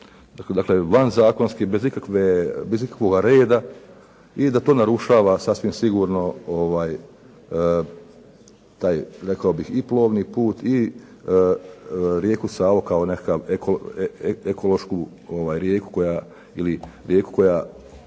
ikakvih, van zakonski, bez ikakvoga reda i da to narušava sasvim sigurno taj, rekao bih i plovni put i rijeku Savu kao nekakvu ekološku rijeku, ili rijeku koja